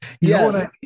Yes